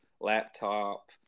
laptop